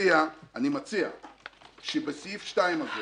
מציע שבסעיף 2 הזה